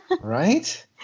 Right